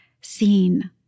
seen